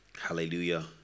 hallelujah